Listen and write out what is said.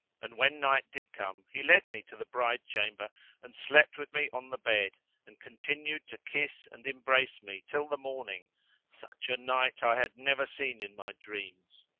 and when night did come he led me to the bride chamber and slept with me on the bed and continued to kiss and embrace me till the morning such a night i had never seen in my dreams.